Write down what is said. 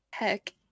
heck